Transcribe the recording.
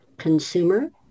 consumer